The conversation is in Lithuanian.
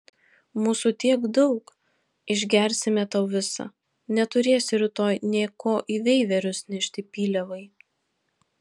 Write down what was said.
mūsų tiek daug išgersime tau visą neturėsi rytoj nė ko į veiverius nešti pyliavai